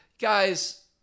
guys